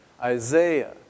Isaiah